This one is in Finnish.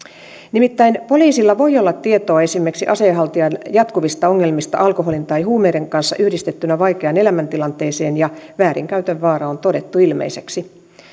nimittäin poliisilla voi olla tietoa esimerkiksi aseenhaltijan jatkuvista ongelmista alkoholin tai huumeiden kanssa yhdistettynä vaikeaan elämäntilanteeseen ja väärinkäytön vaara on voitu todeta ilmeiseksi